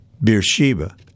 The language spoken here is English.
Beersheba